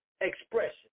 expression